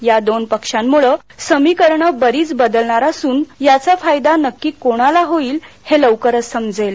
या दोन पक्षांमुळे समीकरण बरीच बदलणार असून त्याचा फायदा नक्की कोणाला होईल हे लवकरच समजेल